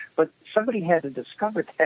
but somebody had to discover that.